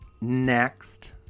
Next